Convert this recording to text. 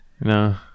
No